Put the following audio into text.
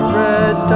red